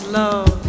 love